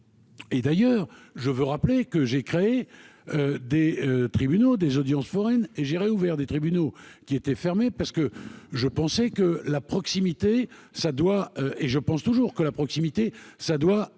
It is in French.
Et d'ailleurs, je veux rappeler que j'ai créé des tribunaux des audiences foraines et j'irai ouvert des tribunaux qui était fermé, parce que je pensais que la proximité ça doit et je pense toujours que la proximité ça doit